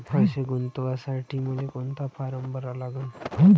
पैसे गुंतवासाठी मले कोंता फारम भरा लागन?